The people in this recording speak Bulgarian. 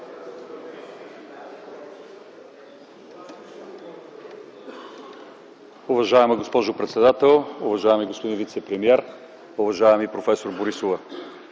Уважаема госпожо председател, уважаеми господин вицепремиер, уважаема професор Борисова!